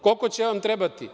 Koliko će vam trebati?